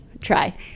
try